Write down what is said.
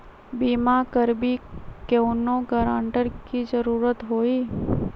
बिमा करबी कैउनो गारंटर की जरूरत होई?